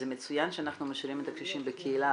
זה מצוין שאנחנו משאירים את הקשישים בקהילה,